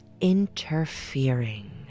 interfering